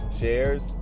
shares